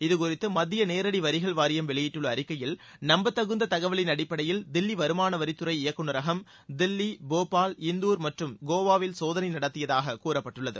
இது குறித்து மத்திய நேரடி வரிகள் வாரியம் வெளியிட்டுள்ள அறிக்கையில் நம்பத்தகுந்த தகவலின் அடிப்படையில் தில்லி வருமானவரித்துறை இயக்குநகரம் தில்லி போபால் இந்தூர் மற்றும் கோவாவில் சோதனை நடத்தியதாக கூறப்பட்டுள்ளது